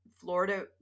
Florida